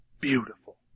Beautiful